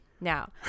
Now